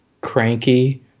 cranky